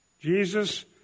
Jesus